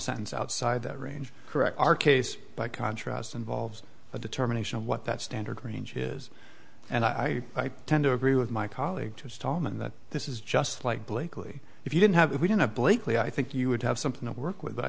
sentence outside that range correct our case by contrast involves a determination of what that standard range is and i tend to agree with my colleague to stallman that this is just like bleakly if you didn't have it we didn't have blakeley i think you would have something to work with but i